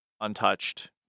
untouched